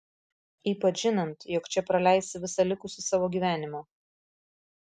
ypač žinant jog čia praleisi visą likusį savo gyvenimą